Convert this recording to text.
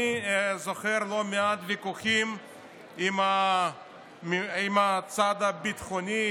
אני זוכר לא מעט ויכוחים עם הצד הביטחוני,